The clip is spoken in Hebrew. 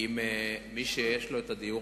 כלפי מי שיש לו דיור